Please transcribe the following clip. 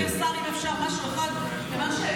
אם אפשר משהו אחד.